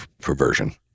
perversion